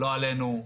לא עלינו,